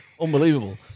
unbelievable